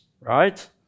right